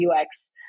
UX